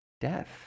death